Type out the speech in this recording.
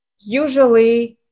usually